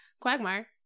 Quagmire